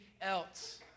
else